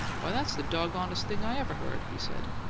why, that's the doggonedest thing i ever heard! he said.